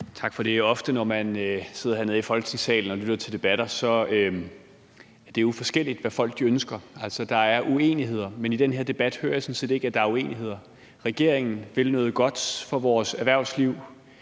Tak for det. Ofte, når man sidder hernede i Folketingssalen og lytter til debatter, er det jo forskelligt, hvad folk ønsker, og at der er uenigheder. Men i den her debat hører jeg sådan set ikke, at der er uenigheder. Regeringen vil noget godt for vores erhvervsliv,